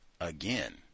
again